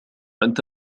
أنت